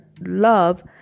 love